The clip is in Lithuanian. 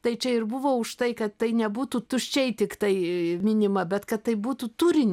tai čia ir buvo už tai kad tai nebūtų tuščiai tiktai minima bet kad tai būtų turinį